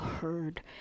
heard